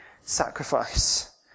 sacrifice